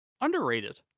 underrated